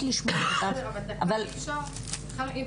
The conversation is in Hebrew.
בסדר, אבל דקה אני רוצה לשאול.